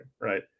right